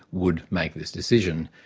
would make this decision.